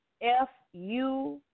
F-U